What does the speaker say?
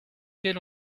quel